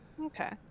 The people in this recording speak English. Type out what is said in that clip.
Okay